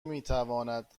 میتواند